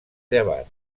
llevat